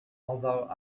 although